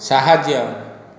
ସାହାଯ୍ୟ